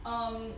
um